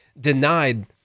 denied